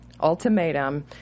Ultimatum